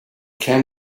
can